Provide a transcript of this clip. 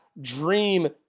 Dream